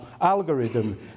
algorithm